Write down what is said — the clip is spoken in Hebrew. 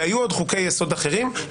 והיו עוד חוקי-יסוד אחרים.